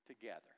together